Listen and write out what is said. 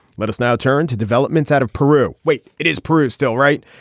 let us now turn to developments out of peru. wait it is peru still right.